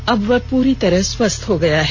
अब वह पूरी तरह स्वस्थ्य हो गया है